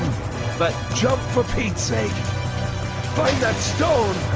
but jump for pete's sake find that stone